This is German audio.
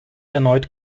erneut